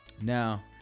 Now